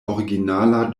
originala